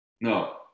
No